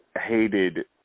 hated